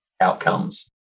outcomes